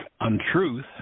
untruth